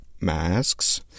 masks